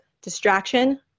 distraction